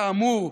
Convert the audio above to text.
כאמור,